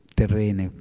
terrene